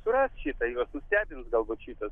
suras šitą juos nustebins galbūt šitas